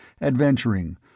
adventuring